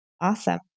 Awesome